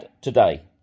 today